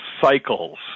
cycles